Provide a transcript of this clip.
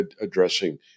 addressing